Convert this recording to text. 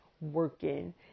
working